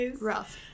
Rough